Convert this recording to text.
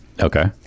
Okay